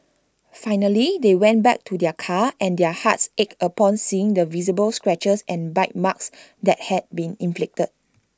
finally they went back to their car and their hearts ached upon seeing the visible scratches and bite marks that had been inflicted